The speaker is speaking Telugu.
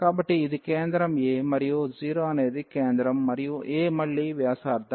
కాబట్టి ఇది కేంద్రం a మరియు 0 అనేది కేంద్రం మరియు a మళ్లీ వ్యాసార్థం